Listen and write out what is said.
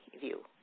view